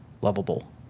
lovable